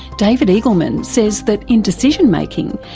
david eagleman says that in decision-making,